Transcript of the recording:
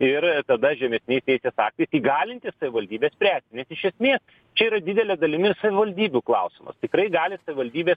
ir tada žemesniais teisės aktais įgalinti savivaldybę spręsti nes iš esmės čia yra didele dalimi savivaldybių klausimas tikrai gali savivaldybė